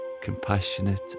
compassionate